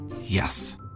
Yes